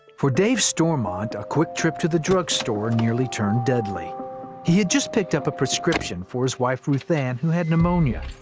for dave stormont, a quick trip to the drug store nearly turned deadly. he had just picked up a prescription for his wife, ruthanne, who had pneumonia.